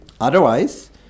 Otherwise